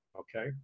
okay